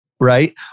Right